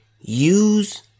Use